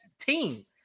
team